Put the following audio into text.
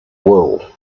world